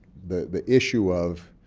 the the issue of